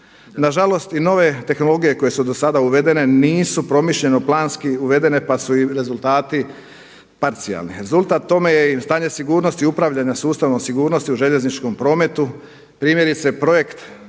Nažalost i nove tehnologije koje su do sada uvedene nisu promišljeno planski uvedene pa su i rezultati parcijalni. Rezultat tome je i stanje sigurnosti upravljanja sustavom sigurnosti u željezničkom prometu primjerice projekt